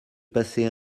passait